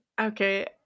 Okay